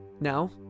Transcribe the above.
Now